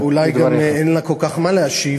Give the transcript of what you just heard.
אולי גם אין לה כל כך מה להשיב.